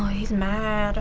he's mad.